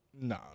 No